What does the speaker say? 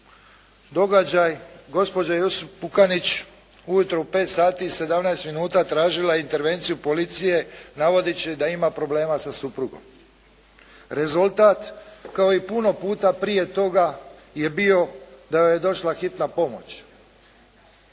događaj gospođa Jusup Pukanić ujutro u 5 sati i 17 minuta tražila je intervenciju policije navodeći da ima problema za suprugom. Rezultat kao i puno puta prije toga je bio da joj je došla hitna pomoć.